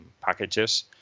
packages